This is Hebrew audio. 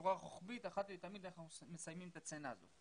בצורה רוחבית אחת ולתמיד איך אנחנו מסיימים את הסצנה הזאת.